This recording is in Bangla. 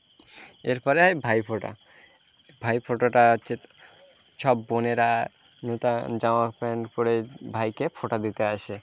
এরপরে হয় ভাইফোঁটা ভাইফোঁটাটা হচ্ছে সব বোনেরা নূতন জামা প্যান্ট পরে ভাইকে ফোঁটা দিতে আসে